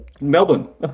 Melbourne